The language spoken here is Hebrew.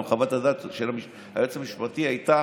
גם חוות הדעת של היועץ המשפטי הייתה